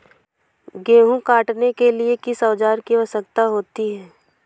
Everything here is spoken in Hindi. गेहूँ काटने के लिए किस औजार की आवश्यकता होती है?